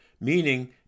meaning